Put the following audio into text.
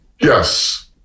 Yes